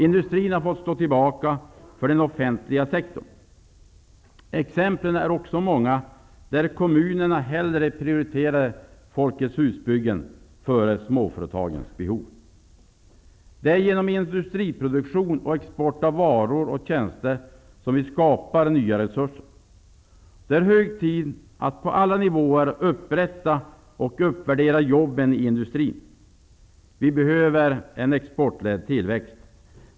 Industrin har fått stå tillbaka för den offentliga sektorn. Det finns många exempel på att kommuner hellre har prioriterat byggande av Folkets Hus än tagit hänsyn till småföretagens behov. Det är genom industriproduktion och export av varor och tjänster som vi skapar nya resurser. Det är hög tid att på alla nivåer upprätta och uppvärdera jobben i industrin. Vi behöver en exportledd tillväxt.